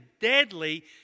deadly